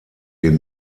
den